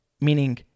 meaning